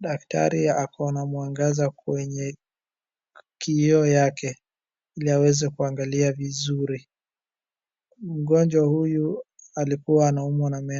daktari akona mwangaza kwenye kioo yake ili aweze kuangalia vizuri, mgonjwa huyu alikuwa anaumwa na meno